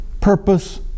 purpose